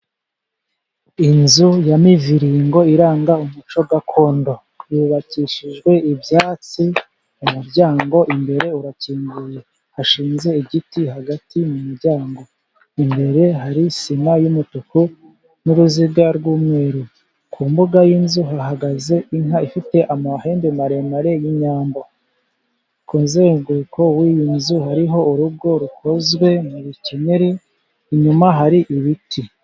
Inzu ya miviringo iranga umuco gakondo yubakishijwe ibyatsi, umuryango imbere urakinguye hashinze igiti hagati mu muryango, imbere hari sima y'umutuku n'uruziga rw'umweru, ku mbuga y'inzu hahagaze inka ifite amahembe maremare y'inyambo, ku muzenguruko w'iyo nzu hariho urugo rukozwe mu bikenyeri, inyuma hari ibiti.